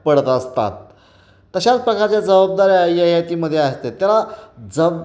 पडत असतात तशाच प्रकारच्या जबाबदाऱ्या ययातीमध्ये असत्यात त्याला जब